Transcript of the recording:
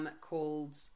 Called